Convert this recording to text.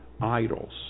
idols